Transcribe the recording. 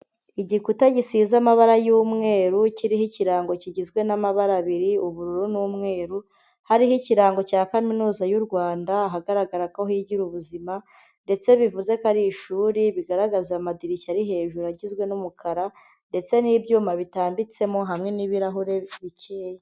Igikuta gisize amabara y'umweru kiriho ikirango kigizwe n'amabara abiri ubururu n'umweru, hariho ikirango cya Kaminuza y'u Rwanda ahagaragara ko higira ubuzima ndetse bivuze ko ari ishuri bigaragaza amadirishya ari hejuru agizwe n'umukara ndetse n'ibyuma bitambitsemo hamwe n'ibirahure bikeya.